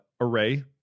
array